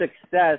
success